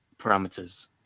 parameters